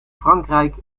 frankrijk